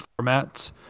formats